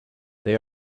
they